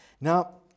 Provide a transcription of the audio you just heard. Now